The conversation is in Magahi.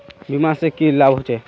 बीमा से की लाभ होचे?